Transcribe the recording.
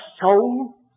soul